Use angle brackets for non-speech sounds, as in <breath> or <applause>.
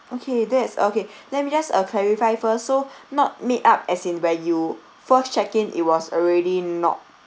okay that's okay <breath> let me just uh clarify first so <breath> not me up as in where you first check in it was already not